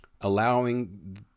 Allowing